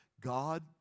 God